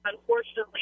Unfortunately